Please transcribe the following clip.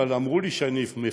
אבל אמרו לי שאני אפשל,